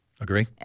Agree